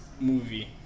movie